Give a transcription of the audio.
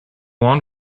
one